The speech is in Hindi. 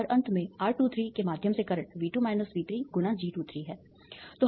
और अंत में R23 के माध्यम से करंट V2 V3 × G23 है